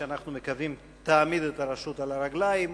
שאנחנו מקווים שתעמיד את הרשות על הרגליים,